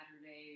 Saturday